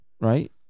Right